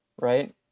Right